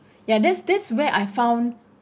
ya that's that's where I found